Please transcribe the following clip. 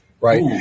right